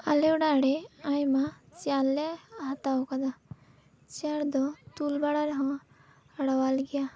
ᱟᱞᱮ ᱚᱲᱟᱜᱨᱮ ᱟᱭᱢᱟ ᱪᱮᱭᱟᱨ ᱞᱮ ᱦᱟᱛᱟᱣ ᱟᱠᱟᱫᱟ ᱪᱮᱭᱟᱨ ᱫᱚ ᱛᱩᱞ ᱵᱟᱲᱟ ᱨᱮᱦᱚᱸ ᱨᱟᱣᱟᱞ ᱜᱮᱭᱟ